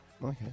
Okay